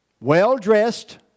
well-dressed